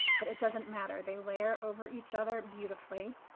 but it doesn't matter. they layer over each other beautifully.